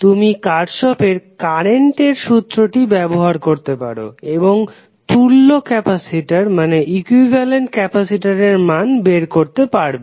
তুমি কার্শফের কারেন্টের সূত্রটি ব্যবহার করতে পারো এবং তুল্য ক্যাপাসিটরের মান বের করতে পারবে